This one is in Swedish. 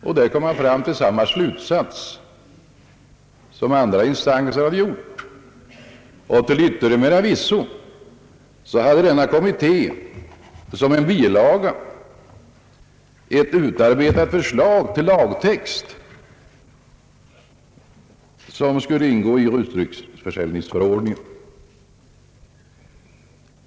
Till yttermera visso hade denna kommitté som bilaga till betänkandet fogat ett utarbetat förslag till lagtext, som skulle ingå i rusdrycksförsäljningsförordningen.